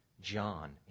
John